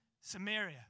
Samaria